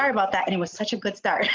about that and it was such a good